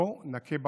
בואו נכה בחרדים,